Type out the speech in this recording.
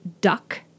duck